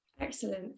excellent